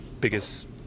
biggest